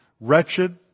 wretched